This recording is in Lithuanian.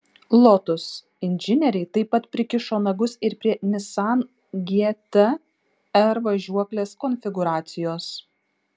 lotus inžinieriai taip pat prikišo nagus ir prie nissan gt r važiuoklės konfigūracijos